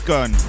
Gun